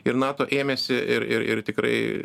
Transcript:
ir nato ėmėsi ir ir ir tikrai